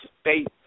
state